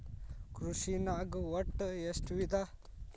ಕೃಷಿನಾಗ್ ಒಟ್ಟ ಎಷ್ಟ ವಿಧ?